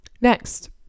Next